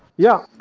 yeah.